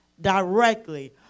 directly